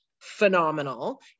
phenomenal